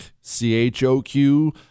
C-H-O-Q